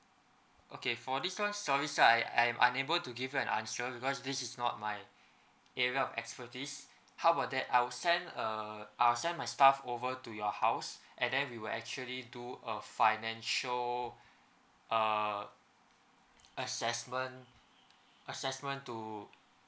okay for this one sorry sir I I'm unable to give you an answer because this is not my area of expertise how about that I'll send a I'll send my staff over to your house and then we will actually do a financial err assessment assessment to